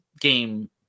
game